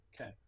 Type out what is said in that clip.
Okay